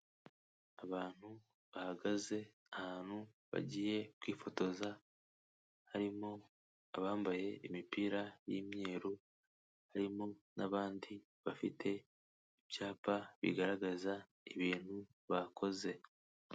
Abantu bahagaze ahantu bagiye kwifotoza, harimo abambaye imipira y'imyeru, harimo n'abandi bafite ibyapa bigaragaza ibintu bakoze.